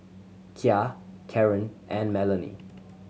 Kya Caron and Melanie